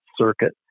circuit